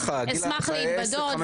אשמח להתבדות,